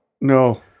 No